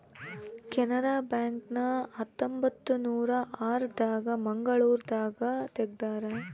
Canara bank ನ ಹತ್ತೊಂಬತ್ತನೂರ ಆರ ದಾಗ ಮಂಗಳೂರು ದಾಗ ತೆಗ್ದಾರ